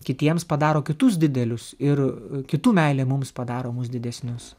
kitiems padaro kitus didelius ir kitų meilė mums padaro mus didesnius